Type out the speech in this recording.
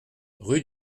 rue